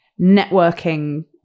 networking